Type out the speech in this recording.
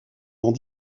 dans